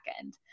end